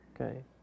Okay